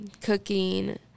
cooking